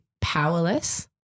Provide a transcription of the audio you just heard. powerless